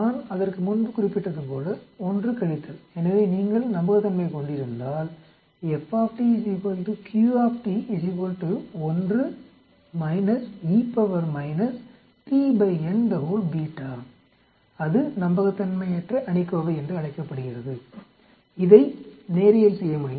நான் அதற்கு முன்பு குறிப்பிட்டதுபோல் 1 எனவே நீங்கள் நம்பகத்தன்மை கொண்டிருந்தால் அது நம்பகத்தன்மையற்ற அணிக்கோவை என்று அழைக்கப்படுகிறது இதை நேரியல் செய்யமுடியும்